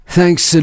Thanks